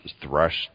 thrust